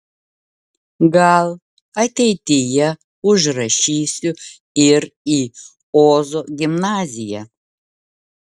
gal ateityje užrašysiu ir į ozo gimnaziją